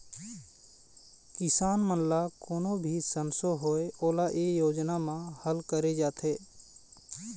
किसान मन ल कोनो भी संसो होए ओला ए योजना म हल करे जाथे